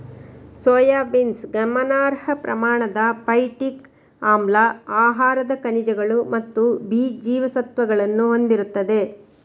soybeans ಗಮನಾರ್ಹ ಪ್ರಮಾಣದ phytic ಆಮ್ಲ, ಆಹಾರದ ಖನಿಜಗಳು ಮತ್ತು ಬಿ ಜೀವಸತ್ವಗಳನ್ನು ಹೊಂದಿರುತ್ತದೆ